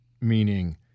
meaning